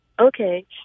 Okay